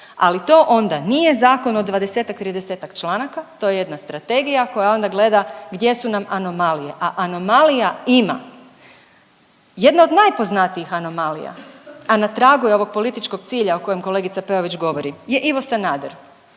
Ali to onda nije zakon od dvadesetak, tridesetak članaka, to je jedna strategija koja onda gleda gdje su nam anomalije, a anomalija ima. Jedna od najpoznatijih anomalija, a na tragu je ovog političkog cilja o kojem kolegica Peović govori je Ivo Sanader.